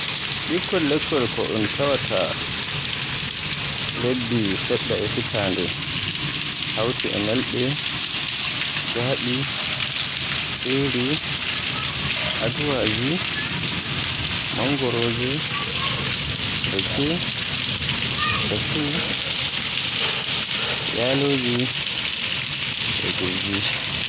Ɓikkol lekkol ko un tawaata e lebbi seɗɗa a hitande hawti e nelɓe, jaaɓe, ere, sauwake, mangoroje, reke, kashi, yaloje, e gurji.